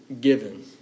given